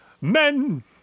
men